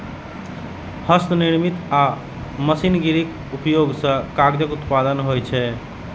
हस्तनिर्मित आ मशीनरीक उपयोग सं कागजक उत्पादन होइ छै